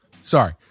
sorry